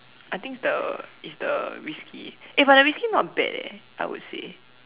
I think the it's the whisky eh but the whisky not bad eh I would say